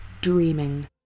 Dreaming